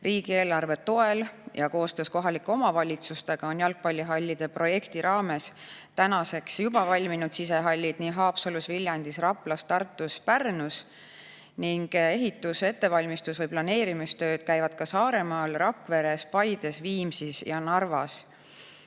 Riigieelarve toel ja koostöös kohalike omavalitsustega on jalgpallihallide projekti raames tänaseks juba valminud sisehall Haapsalus, Viljandis, Raplas, Tartus ja Pärnus ning ehitus-, ettevalmistus- või planeerimistööd käivad Saaremaal, Rakveres, Paides, Viimsis ja Narvas.